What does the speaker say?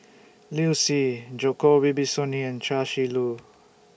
Liu Si Djoko Wibisono and Chia Shi Lu